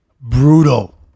brutal